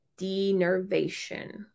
denervation